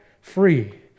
free